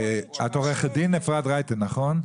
את עורכת דין, אפרת רייטן, נכון?